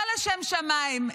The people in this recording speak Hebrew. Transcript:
לא לשם שמים,